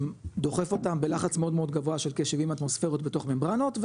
דוחף אותם בלחץ מאוד מאוד גבוה של כ-70 אטמוספריות בתוך ממברנות,